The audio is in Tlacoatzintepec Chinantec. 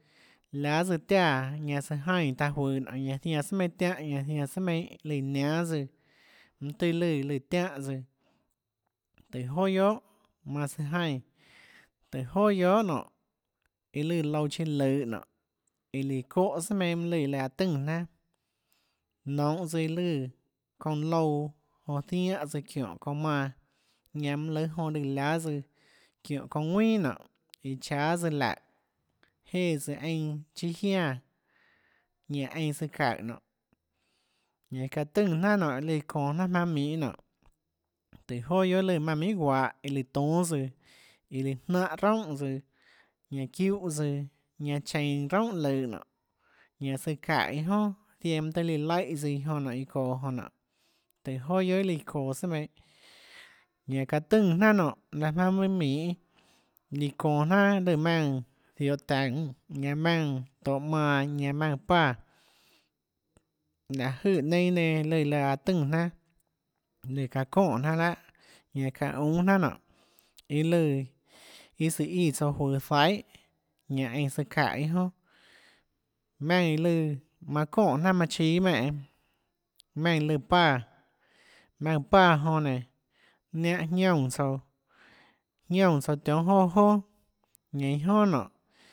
Láâ tsøã tiáã ñanã søã jaínã taã juøå nonê ñanã zianã sùà meinâ tiánhã ñanã zianã sùà meinhâ lùã niánâ tsøã mønâ tøâ lùã lùã tiánhã tsøã tùhå joà guiohà manã sùã jaínã tùhå joà guiohà nonê iã lùã louã siã løhå nonê iã líã çóhã sùà meinhâ mønâ lùã laã tùnã jnanà nonuhå tsøã lùã çounã louã jonã ziáhã tsøã çiónhå çounã manã ñanã mønâ lùâ jonã lùã liáâ tsøã çiónhå çounã ðuinà nonê iã cháâ tsøã laùhå jéhã tsøã einã chiâ jiánã ñanã einã søã çaùhå nonê ñanã çaã tùnã jnanà nonê iã çonå jnanà jmaønâ mønâ minhå nonê tùhå joà guiohà lùã manã minhà guahå iã lùã tónâ tsøã iã lùã jnánhã roúnhà tsøã ñanã çiúhã tsøã ñanã cheinå roúnhà løhå nonê ñanã søã çaùhå iâ jonà ziaã mønâ tøhê lùã laíhã tsøã iã jonã nonê iã ðoå jonã nonê tùhå joà guiohà iã lùã çoå sùà meinhâ ñanã çaã tùnã jnanà nonê laã jmaønâ mønâ minhå líã çonå jnanà lùã maùnã ziohå taùå ñanã maùnã tohå manã ñanã maùnã páã láhå jøè neinâ nenã lùã laã tùnã jnanà lùã çaã çonè jnanà láhà ñanã çaã únâ jnanà nonê iã lùã iâ søã íã tsouã juøå zaihà ñanã einã søã çaùhå iâ jonà maùnã iã lùã manã çonè jnanà manã chíâ menè maùnã lùã páã maùnã páã jonã nénå niánhã jñiúnã tsouã jñiúnã tsouã tionhâ joà joà ñanã iâ jonà nonê